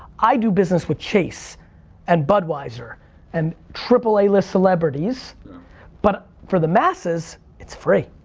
i do business with chase and budweiser and triple a list celebrities but for the masses it's free.